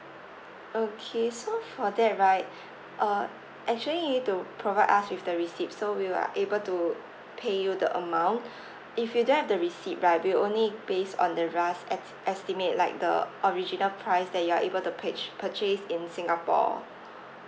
okay so for that right uh actually you need to provide us with the receipt so we are able to pay you the amount if you don't have the receipt right we will only based on the rough es~ estimate like the original price that you are able to purch~ purchase in singapore